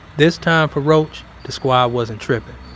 this time for rauch, the squad wasn't tripping,